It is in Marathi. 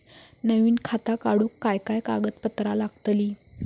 नवीन खाता काढूक काय काय कागदपत्रा लागतली?